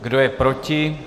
Kdo je proti?